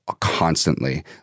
constantly